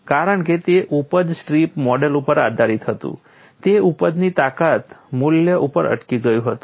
કારણ કે તે ઉપજ સ્ટ્રીપ મોડેલ ઉપર આધારિત હતું તે ઉપજની તાકાત મૂલ્ય ઉપર અટકી ગયું હતું